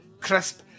crisp